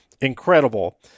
Incredible